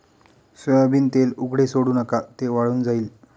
soybean तेल उघडे सोडू नका, ते वाळून जाईल